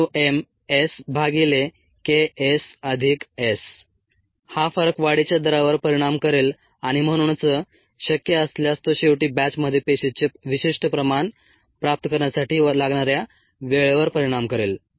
μmSKSS हा फरक वाढीच्या दरावर परिणाम करेल आणि म्हणूनच शक्य असल्यास तो शेवटी बॅचमध्ये पेशीचे विशिष्ट प्रमाण प्राप्त करण्यासाठी लागणाऱ्या वेळेवर परिणाम करेल